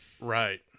Right